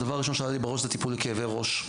הדבר הראשון שעלה לי בראש זה טיפול לכאבי ראש,